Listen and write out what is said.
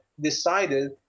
decided